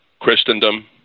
christendom